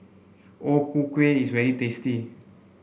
O Ku Kueh is very tasty